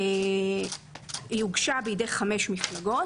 הוגשה בידי חמש מפלגות.